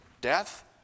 death